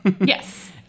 yes